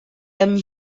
hem